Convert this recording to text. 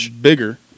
bigger